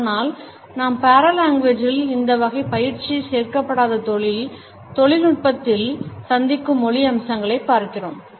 ஆனால் நாம் paralanguage இல் இந்த வகை பயிற்சி சேர்க்கப்படாத தொழில் நுட்பத்தில் சந்திக்கும் மொழி அம்சங்களை பார்க்கிறோம்